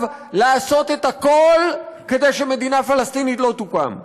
לעשות את הכול כדי שמדינה פלסטינית לא תוקם.